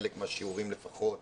וחלק מהשיעורים לפחות,